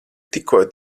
tikko